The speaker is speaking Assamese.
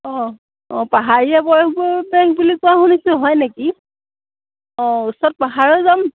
অঁ অঁ পাহাৰীয়া পৰিৱেশ বুলি কোৱা শুনিছোঁ হয় নেকি অঁ ওচৰত পাহাৰো যাম